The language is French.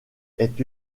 est